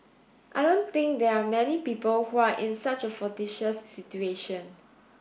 I don't think there are many people who are in such a fortuitous situation